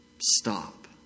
stop